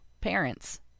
parents